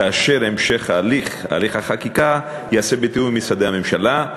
כאשר המשך הליך החקיקה ייעשה בתיאום עם משרדי הממשלה.